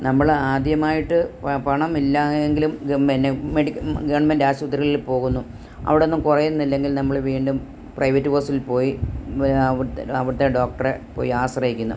നമ്മൾ ആദ്യമായിട്ട് പണമില്ലയെങ്കിലും പിന്നെ ഗഗവൺമെൻ്റ് ആശുപത്രിയിൽ പോകുന്നു അവിടെ നിന്ന് കുറയുന്നില്ലെങ്കിൽ നമ്മൾ വീണ്ടും പ്രൈവറ്റ് ഹോസ്പിറ്റലിൽ പോയി പിന്നെ അവിടുത്തെ അവിടുത്തെ ഡോക്ടറെ പോയി ആശ്രയിക്കുന്നു